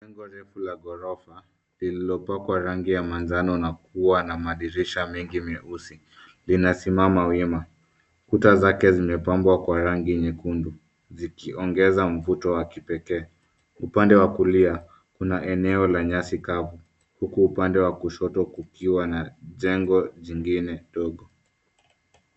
Jengo refu la ghorofa lililopakwa rangi ya manjano na kuwa na madirisha mengi meusi linasimama wima. Kuta zake zimepambwa kwa rangi nyekundu zikiongeza mvuto wa kipekee. Upande wa kulia, kuna eneo la nyasi kavu, huku upande wa kushoto kukiwa na jengo jingine dogo.